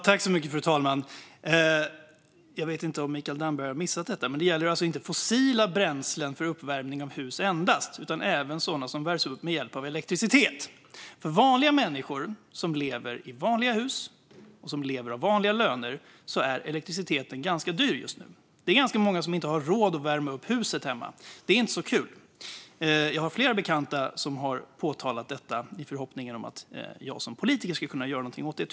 Fru talman! Jag vet inte om Mikael Damberg har missat detta, men det gäller alltså inte endast fossila bränslen för uppvärmning av hus utan även uppvärmning med hjälp av elektricitet. För vanliga människor som lever i vanliga hus och av vanliga löner är elektriciteten ganska dyr just nu. Det är ganska många som inte har råd att värma upp huset - det är inte så kul. Jag har flera bekanta som har påtalat detta med förhoppningen att jag som politiker skulle kunna göra något åt det.